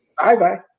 Bye-bye